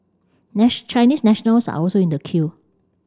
Chinese nationals are also in the queue